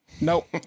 Nope